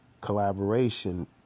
collaboration